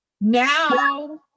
Now